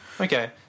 Okay